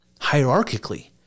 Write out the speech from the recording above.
hierarchically